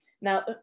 Now